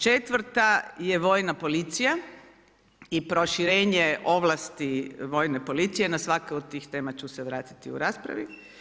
Četvrta je vojna policija i proširenje ovlasti vojnih policija, na svaku od tih tema ću se vratiti u raspravi.